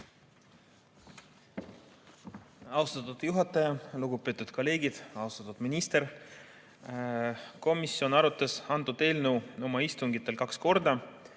Austatud juhataja! Lugupeetud kolleegid! Austatud minister! Komisjon arutas antud eelnõu oma istungitel kaks korda.